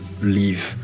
leave